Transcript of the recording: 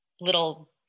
little